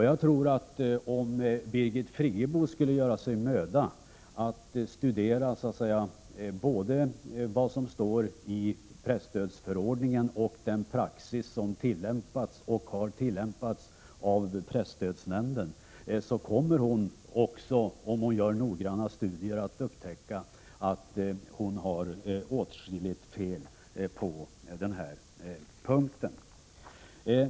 Jag tror att om Birgit Friggebo skulle göra sig mödan att noggrant studera både presstödsförordningen och den praxis som tillämpas — och har tillämpats — i presstödsnämnden, så kommer hon att upptäcka att hon har åtskilligt fel på den här punkten.